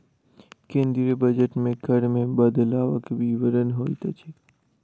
केंद्रीय बजट मे कर मे बदलवक विवरण होइत अछि